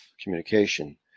communication